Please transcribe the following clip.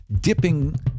dipping